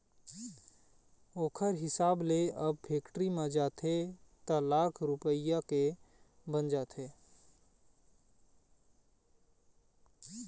ओखर हिसाब ले अब फेक्टरी म जाथे त लाख रूपया के बन जाथे